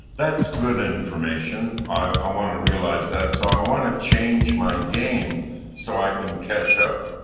that's good information. i want to realize that, so i want to change my game so i can catch up,